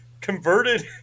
converted